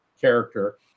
character